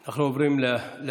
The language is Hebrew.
תודה.